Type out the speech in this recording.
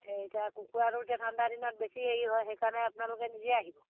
এই এতিয়া কুকুৰাটো এয়া ঠাণ্ডা দিনত বেছি হেৰি হয় সেইকাৰণে আপোনালোকে নিজে আহিব